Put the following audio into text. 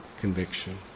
conviction